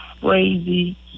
crazy